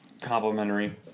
complimentary